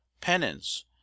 penance